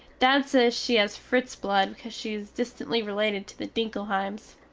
dad sez she has fritz blood because she is distently related to the dinkelheims.